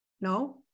No